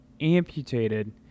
amputated